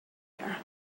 there